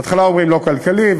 בהתחלה אומרים: לא כלכלי,